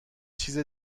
چیز